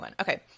Okay